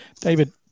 David